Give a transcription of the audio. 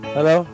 Hello